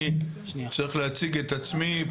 אני צריך להציג את עצמי,